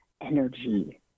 energy